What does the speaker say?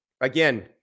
again